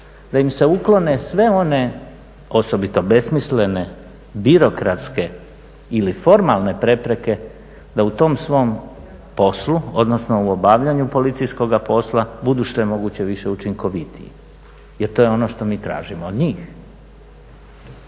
da im se uklone sve one, osobito besmislene birokratske ili formalne prepreke da u tom svom poslu, odnosno u obavljanju policijskoga posla budu što je moguće više učinkovitiji jer to je ono što mi tražimo od njih.